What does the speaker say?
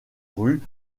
rues